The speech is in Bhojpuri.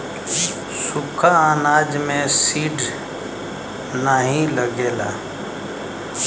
सुखा अनाज में सीड नाही लगेला